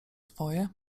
dwoje